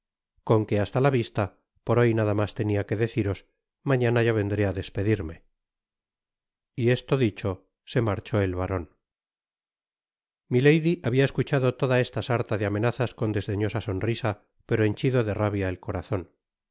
con qué hasta la vista por hoy nada mas tenia que deciros mañana ya vendré á despedirme y esto dicho se marchó el baron content from google book search generated at milady habia escuchado toda esa sarta de amenazas con desdeñosa sonrisa pero henchido de rabia el corazon